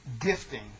gifting